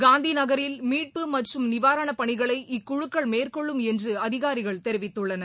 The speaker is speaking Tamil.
காந்திநகரில் மீட்பு மற்றம் நிவாரணப்பணிகளை இக்குழுக்கள் மேற்கொள்ளும் என்றுஅதிகாரிகள் தெரிவித்துள்ளனர்